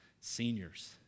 Seniors